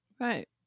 Right